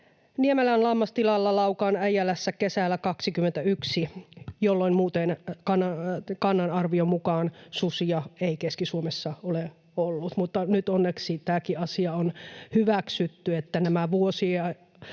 ”Niemelän lammastilalla Laukaan Äijälässä kesällä 21”, jolloin muuten kannan arvion mukaan susia ei Keski-Suomessa ole ollut, mutta nyt onneksi tämäkin asia on hyväksytty, että kun monina